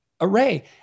array